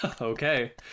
Okay